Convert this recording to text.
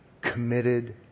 committed